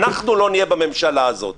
אנחנו לא נהיה בממשלה הזאת.